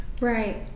Right